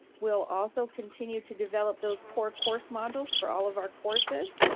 we'll also continue to develop those core course modules for all of our courses.